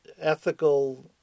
ethical